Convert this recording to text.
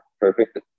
perfect